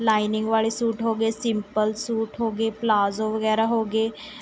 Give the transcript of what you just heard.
lining ਵਾਲ਼ੇ suit ਹੋ ਗਏ ਸਿੰਪਲ ਸੂਟ ਹੋ ਗਏ ਪਲਾਜ਼ੋ ਵਗੈਰਾ ਹੋ ਗਏ